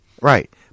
right